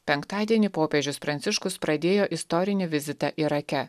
penktadienį popiežius pranciškus pradėjo istorinį vizitą irake